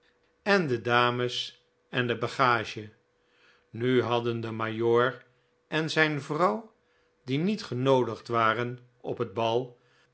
en de dames en de bagage nu hadden de majoor en zijn vrouw die niet genoodigd waren op het bal